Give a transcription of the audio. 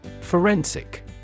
Forensic